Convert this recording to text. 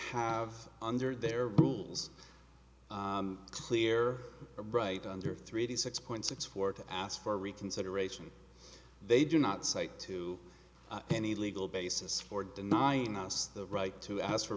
have under their rules clear bright under three to six point six four to ask for reconsideration they do not cite to any legal basis for denying us the right to ask for